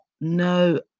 No